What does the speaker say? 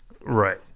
Right